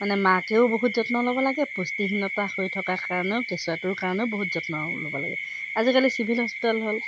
মানে মাকেও বহুত যত্ন ল'ব লাগে পুষ্টিহীনতা হৈ থকাৰ কাৰণেও কেঁচুৱাটোৰ কাৰণেও বহুত যত্ন ল'ব লাগে আজিকালি চিভিল হস্পিটেল হ'ল